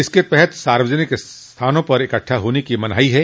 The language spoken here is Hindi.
इसके तहत सार्वजनिक जगहों पर इकट्ठा होने की मनाही है